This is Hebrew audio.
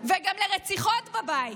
וגם לרציחות בבית.